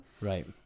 Right